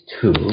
two